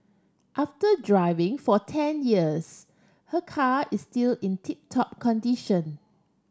after driving for ten years her car is still in tip top condition